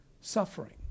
suffering